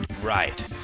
Right